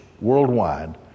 worldwide